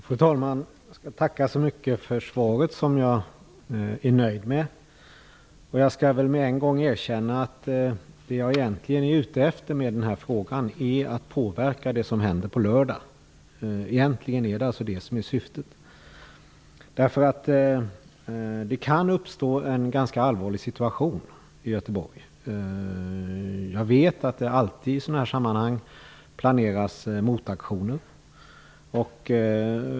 Fru talman! Jag tackar så mycket för svaret. Jag är nöjd med det. Jag skall med en gång erkänna att det jag egentligen är ute efter med den här frågan är att påverka det som händer på lördag. Egentligen är det alltså syftet med frågan. Det kan uppstå en ganska allvarlig situation i Göteborg. Jag vet att det alltid planeras motaktioner i sådana här sammanhang.